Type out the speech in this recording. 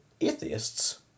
atheists